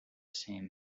same